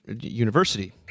University